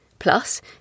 Plus